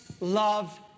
love